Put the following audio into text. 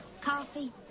Coffee